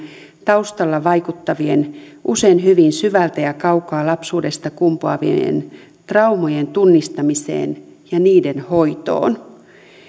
taustalla vaikuttavien usein hyvin syvältä ja kaukaa lapsuudesta kumpuavien traumojen tunnistamiseen ja niiden hoitoon